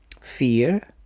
fear